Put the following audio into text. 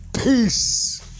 Peace